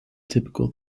typical